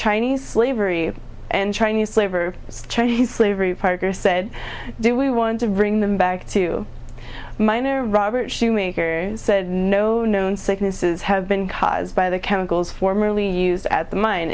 chinese slavery and chinese slave or chinese slavery parker said do we want to bring them back to mine or robert shoemaker said no known sicknesses have been caused by the chemicals formerly used at the mine